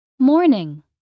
Morning